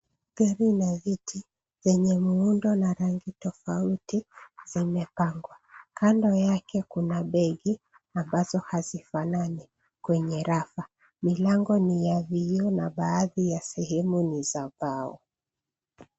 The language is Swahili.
Gari la viti yenye muundo na rangi tofauti zimepangwa. Kando yake, kuna begi ambazo hazifanani kwenye rafa. Milango ni ya vioo na baadhi ya sehemu ni za mbao.